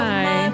Bye